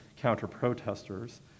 counter-protesters